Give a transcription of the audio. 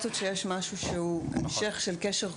בסיטואציות שיש משהו שהוא המשך של קשר קודם.